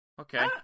okay